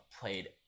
played